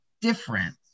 different